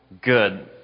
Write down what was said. good